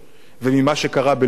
וממה שקרה בלוב,